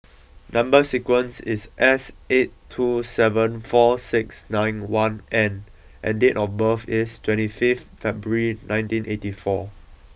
number sequence is S eight two seven four six nine one N and date of birth is twenty fifth February nineteen eighty four